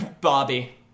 Bobby